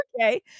Okay